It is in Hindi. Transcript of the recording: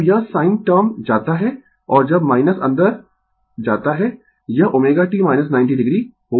जब यह sin टर्म जाता है और जब अंदर जाता है यह ω t 90 o होगा